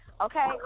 okay